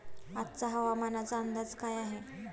आजचा हवामानाचा अंदाज काय आहे?